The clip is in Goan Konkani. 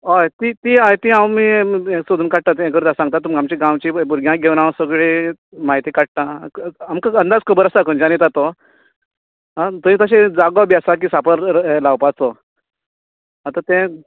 हय ती ती हाय ती हांव ते हांव सोदून काडटात तें ये करतात सांगतात तुमकां आमचें गांवची भुरग्यांक घेवन हांव सगळें म्हायती काडटां आमकां अदांज खबर आसा खंयच्यान येतात तो आ थंय तसो जागो बिन आसा सांपळ लावपाचो आता तें